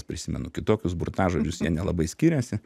prisimenu kitokius burtažodžius jie nelabai skiriasi